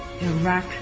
Iraq